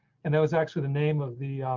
and that was actually the name of the